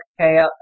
okay